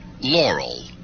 Laurel